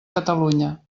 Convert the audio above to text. catalunya